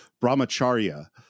Brahmacharya